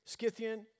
Scythian